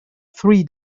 three